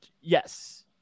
Yes